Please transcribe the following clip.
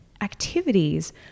activities